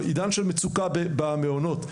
בעידן של מצוקה במעונות,